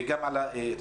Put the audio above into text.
וגם על התשלומים.